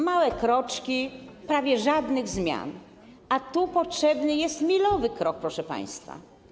Małe kroczki, prawie żadnych zmian, a tu potrzebny jest milowy krok, proszę państwa.